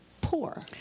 poor